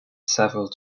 several